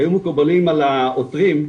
היו מקובלים על העותרים,